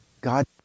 God